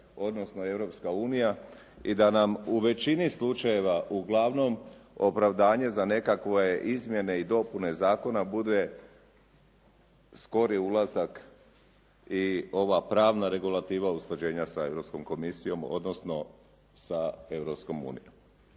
odnosno Europska unija. I da nam u većini slučajeva uglavnom opravdanje za nekakve izmjene i dopune zakona bude, skori ulazak i ova pravna regulativa usklađenja sa Europskom komisijom, odnosno sa Europskom unijom.